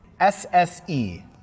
SSE